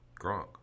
Gronk